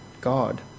God